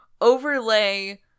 overlay